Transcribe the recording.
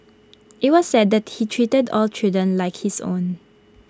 IT was said that he treated all children like his own